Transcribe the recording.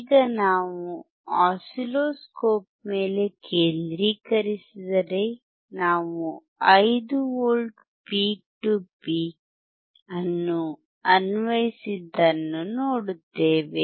ಈಗ ನಾವು ಆಸಿಲ್ಲೋಸ್ಕೋಪ್ ಮೇಲೆ ಕೇಂದ್ರೀಕರಿಸಿದರೆ ನಾವು 5 ವಿ ಪೀಕ್ ಟು ಪೀಕ್ ಅನ್ನು ಅನ್ವಯಿಸಿದ್ದನ್ನು ನೋಡುತ್ತೇವೆ